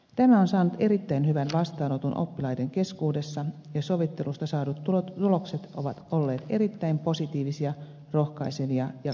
tämä on saanut erittäin hyvän vastaanoton oppilaiden keskuudessa ja sovittelusta saadut tulokset ovat olleet erittäin positiivisia rohkaisevia ja kannustavia